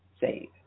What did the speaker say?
save